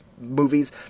movies